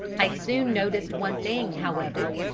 i soon noticed one thing, however,